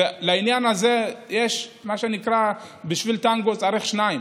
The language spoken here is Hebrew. לעניין הזה יש, מה שנקרא, בשביל טנגו צריך שניים.